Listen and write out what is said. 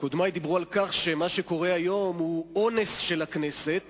קודמי דיברו על כך שמה שקורה היום הוא אונס של הכנסת,